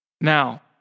Now